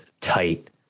tight